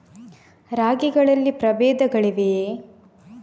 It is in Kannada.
ರಾಗಿಗಳಲ್ಲಿ ಪ್ರಬೇಧಗಳಿವೆಯೇ?